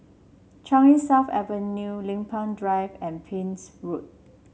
Changi South Avenue Lempeng Drive and Pepys Road